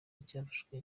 cyafashwe